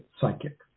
psychic